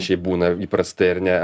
šiaip būna įprastai ar ne